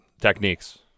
techniques